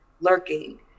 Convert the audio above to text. lurking